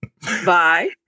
Bye